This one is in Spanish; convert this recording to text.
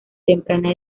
temprana